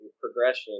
progression